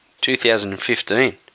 2015